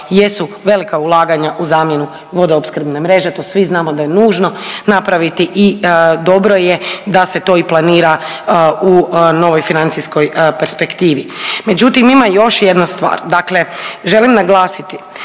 jesu velika ulaganja u zamjenu vodoopskrbne mreže. To svi znamo da je nužno napraviti i dobro je da se to i planira u novoj financijskoj perspektivi. Međutim ima još jedna stvar. Dakle, želim naglasiti